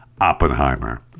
Oppenheimer